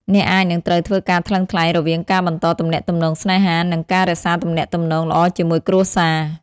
អ្នកអាចនឹងត្រូវធ្វើការថ្លឹងថ្លែងរវាងការបន្តទំនាក់ទំនងស្នេហា និងការរក្សាទំនាក់ទំនងល្អជាមួយគ្រួសារ។